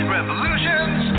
Revolutions